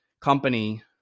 company